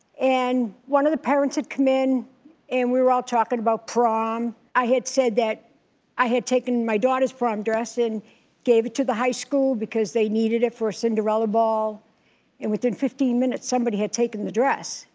and one of the parents had come in and we were all talking about prom. i had said that i had taken my daughter's prom dress and gave it to the high school because they needed it for a cinderella ball and within fifteen minutes, somebody had taken the dress.